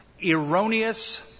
erroneous